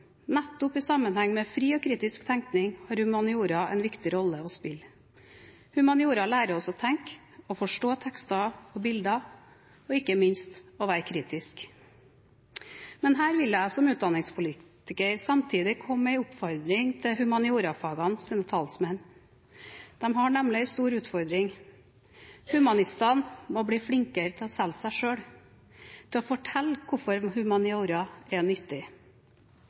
Nettopp i sammenheng med fri og kritisk tenkning har humaniora en viktig rolle å spille. Humaniora lærer oss å tenke, å forstå tekster og bilder og ikke minst å være kritiske. Men her vil jeg som utdanningspolitiker samtidig komme med en oppfordring til humaniorafagenes talsmenn. De har nemlig en stor utfordring. Humanistene må bli flinkere til å selge seg selv, til å fortelle hvorfor humaniora er nyttig.